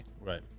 Right